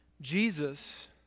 Jesus